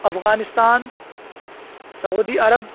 Afghanistan Saudi Arab